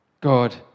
God